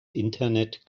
internet